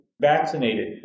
vaccinated